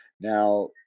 Now